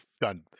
done